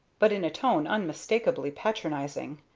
but in a tone unmistakably patronizing.